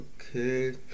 Okay